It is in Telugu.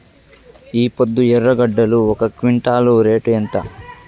ఈపొద్దు ఎర్రగడ్డలు ఒక క్వింటాలు రేటు ఎంత?